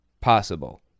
possible